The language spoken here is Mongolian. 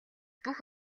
бүх